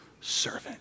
servant